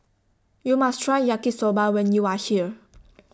YOU must Try Yaki Soba when YOU Are here